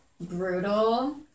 brutal